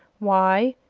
why,